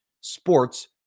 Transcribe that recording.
sports